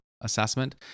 assessment